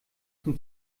zum